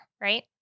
Right